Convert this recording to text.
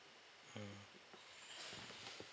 mm